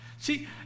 See